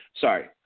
sorry